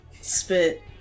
spit